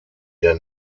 der